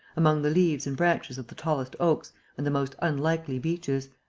among the leaves and branches of the tallest oaks and the most unlikely beeches.